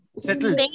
Settle